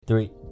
three